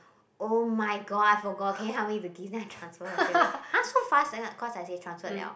oh-my-god I forgot can you help me to give then I transfer her straightaway !huh! so fast then cause I say transferred liao